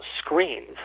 screens